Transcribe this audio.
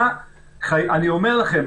אני אומר לכם,